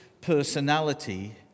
personality